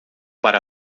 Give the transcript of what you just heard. para